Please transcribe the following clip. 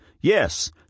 Yes